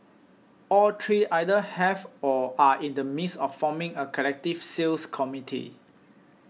all three either have or are in the midst of forming a collective sales committee